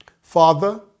Father